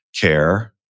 care